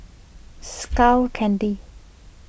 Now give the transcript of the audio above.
Skull Candy